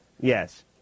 Yes